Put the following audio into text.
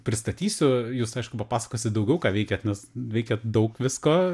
pristatysiu jus aišku papasakosit daugiau ką veikiat nes veikiat daug visko